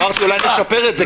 אמרת שאולי נשפר את זה קצת.